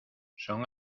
son